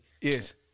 yes